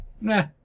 Nah